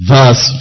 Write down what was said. Verse